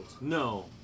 No